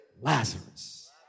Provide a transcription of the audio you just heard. Lazarus